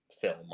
film